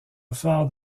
phare